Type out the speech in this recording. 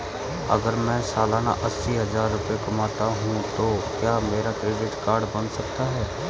अगर मैं सालाना अस्सी हज़ार रुपये कमाता हूं तो क्या मेरा क्रेडिट कार्ड बन सकता है?